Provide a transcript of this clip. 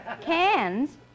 Cans